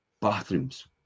bathrooms